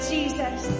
Jesus